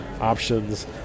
options